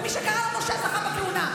ומי שקרא למשה זכה בכהונה.